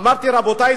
אמרתי: רבותי,